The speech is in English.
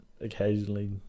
occasionally